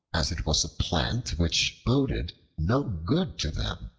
as it was a plant which boded no good to them.